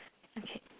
okay